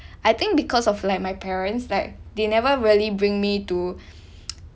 I think because of like my parents like they never really bring me to